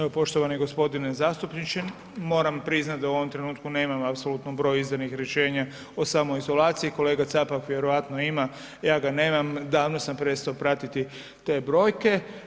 Evo poštovani gospodine zastupniče moram priznati da u ovom trenutku nemam apsolutno broj izdanih rješenja o samoizolaciji, kolega Capak vjerojatno ima, ja ga nemam, davno sam prestao pratiti te brojke.